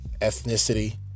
ethnicity